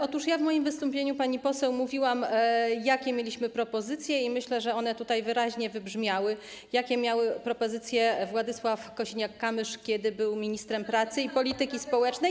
Otóż ja w moim wystąpieniu, pani poseł, mówiłam, jakie mieliśmy propozycje, i myślę, że one tutaj wyraźnie wybrzmiały, jakie miał propozycje Władysław Kosiniak-Kamysz, kiedy był ministrem pracy i polityki społecznej.